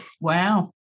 Wow